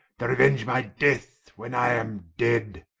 to reuenge my death when i am dead,